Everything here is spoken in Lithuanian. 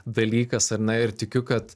dalykas ar ne ir tikiu kad